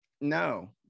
no